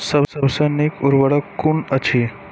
सबसे नीक उर्वरक कून अछि?